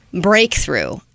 breakthrough